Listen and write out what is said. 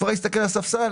כבר הסתכל על הספסל,